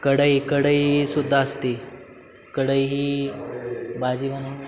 कढई कढई सुद्धा असते कढई ही भाजी बनवण्या